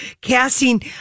casting